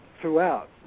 throughout